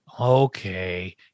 okay